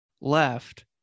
left